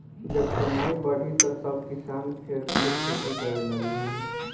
जब कमाई बढ़ी त सब किसान फेर से खेती करे लगिहन